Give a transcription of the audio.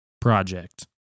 project